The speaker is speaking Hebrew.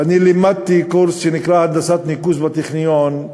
ואני לימדתי קורס שנקרא הנדסת ניקוז בטכניון,